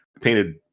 painted